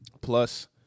plus